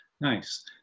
Nice